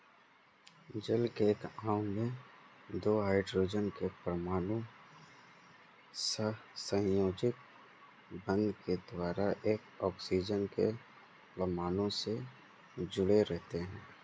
जल के एक अणु में दो हाइड्रोजन के परमाणु सहसंयोजक बंध के द्वारा एक ऑक्सीजन के परमाणु से जुडे़ रहते हैं